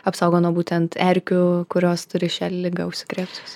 apsaugo nuo būtent erkių kurios turi šią ligą užsikrėtus